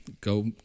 Go